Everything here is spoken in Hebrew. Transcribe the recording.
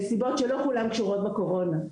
מסיבות שלא כולן קשורות בקורונה.